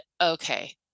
okay